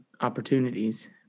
opportunities